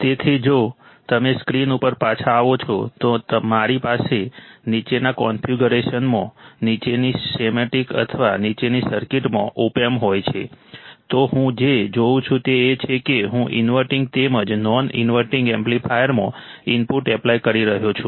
તેથી જો તમે સ્ક્રીન ઉપર પાછા આવો છો તો મારી પાસે નીચેના કન્ફિગ્યુરેશનમાં નીચેની સ્કેમેટિક અથવા નીચેની સર્કિટમાં ઓપએમ્પ હોય છે તો હું જે જોઉં છું તે એ છે કે હું ઇનવર્ટિંગ તેમજ નોન ઇનવર્ટિંગ એમ્પ્લીફાયરમાં ઇનપુટ એપ્લાય કરી રહ્યો છું